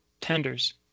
tenders